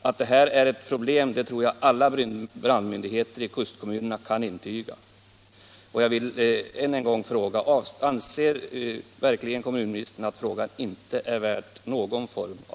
Att detta är ett problem tror jag alla brandmyndigheter i kustkommunerna kan intyga.